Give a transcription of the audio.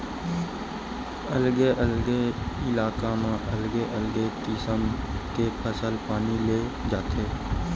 अलगे अलगे इलाका म अलगे अलगे किसम के फसल पानी ले जाथे